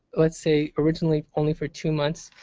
let's say originally only for two months,